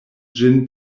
ĝin